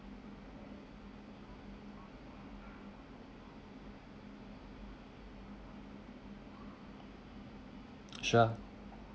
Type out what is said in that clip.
sure